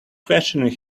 questioning